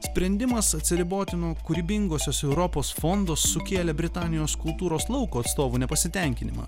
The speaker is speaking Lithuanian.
sprendimas atsiriboti nuo kūrybingosios europos fondo sukėlė britanijos kultūros lauko atstovų nepasitenkinimą